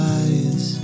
eyes